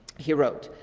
he wrote,